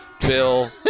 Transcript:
Bill